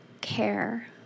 care